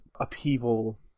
upheaval